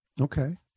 Okay